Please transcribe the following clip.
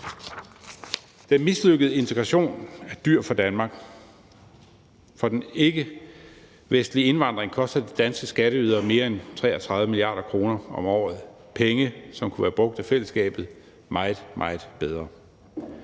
Den mislykkede integration er dyr for Danmark, for den ikkevestlige indvandring koster de danske skatteydere mere end 33 mia. kr. om året. Det er penge, som kunne være brugt af fællesskabet meget, meget bedre.